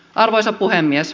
arvoisa puhemies